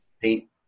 paint